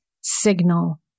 signal